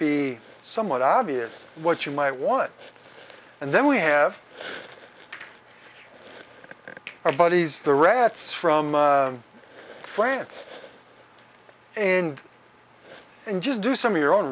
be somewhat obvious what you might want and then we have our buddies the rats from plants and and just do some of your own